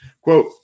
quote